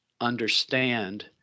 understand